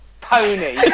pony